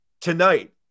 Tonight